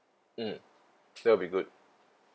mm that'll be good